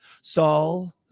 Saul